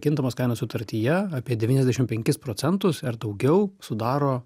kintamos kainos sutartyje apie devyniasdešim penkis procentus ar daugiau sudaro